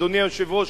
אדוני היושב-ראש,